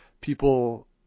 people